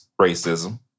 racism